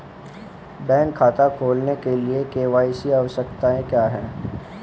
Bank खाता खोलने के लिए के.वाई.सी आवश्यकताएं क्या हैं?